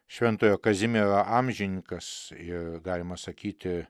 šventojo kazimiero amžininkas ir galima sakyti